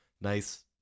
nice